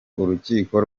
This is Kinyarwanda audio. urukiko